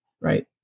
right